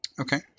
okay